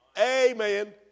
Amen